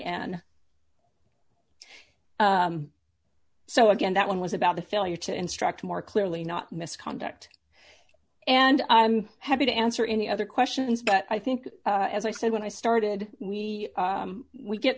n so again that one was about the failure to instruct more clearly not misconduct and i'm happy to answer any other questions but i think as i said when i started we we get